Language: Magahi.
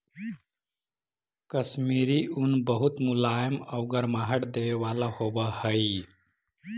कश्मीरी ऊन बहुत मुलायम आउ गर्माहट देवे वाला होवऽ हइ